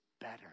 better